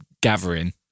gathering